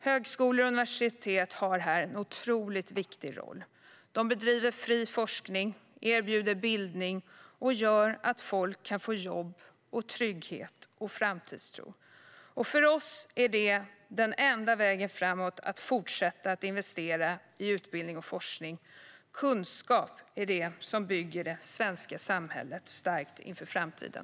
Högskolor och universitet har här en otroligt viktig roll. De bedriver fri forskning, erbjuder bildning och gör att folk kan få jobb, trygghet och framtidstro. För oss är den enda vägen framåt att fortsätta investera i utbildning och forskning. Kunskap bygger det svenska samhället starkt inför framtiden.